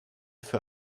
für